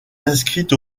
inscrite